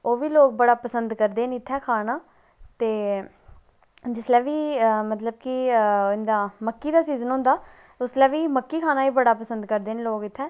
ओह्बी लोग बड़ा पसंद करदे न इत्थें खाना ते जिसलै बी मतलब की इंदा मक्की दा सीज़न होंदा उसलै बी मक्की खाना बड़ा पसंद करदे न लोग इत्थें